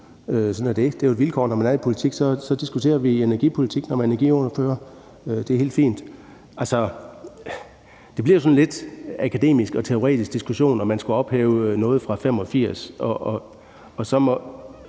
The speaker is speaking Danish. Det er jo et vilkår, når man er i politik; så diskuterer man energipolitik, når man er energiordfører. Det er helt fint. Altså, det bliver jo lidt sådan en akademisk og teoretisk diskussion, med hensyn til om man skulle ophæve noget fra 1985.